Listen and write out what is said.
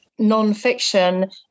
nonfiction